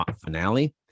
finale